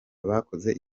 bakoze